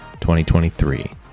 2023